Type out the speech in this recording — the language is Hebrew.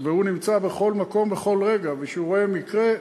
והוא נמצא בכל מקום בכל רגע, וכשהוא רואה מקרה,